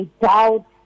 doubt